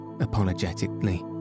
apologetically